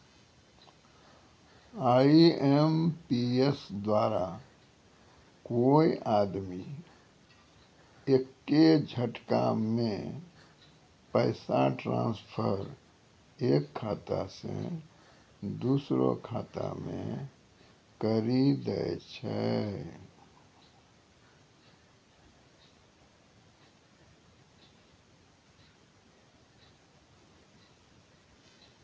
IMPS द्वारा कोय आदमी एक्के झटकामे पैसा ट्रांसफर एक खाता से दुसरो खाता मे करी दै छै